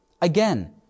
Again